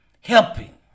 Helping